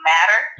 Matter